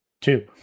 Two